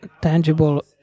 tangible